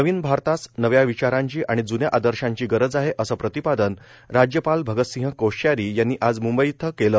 नवीन आरतास नव्या विचारांची आणि जून्या आदर्शांची गरज आहे असे प्रतिपादन राज्यपाल भगत सिंह कोश्यारी यांनी आज मुंबई इथं केले